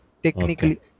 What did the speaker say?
Technically